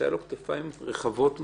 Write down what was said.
שהיו לו כתפיים רחבות מאוד,